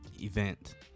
event